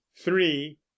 three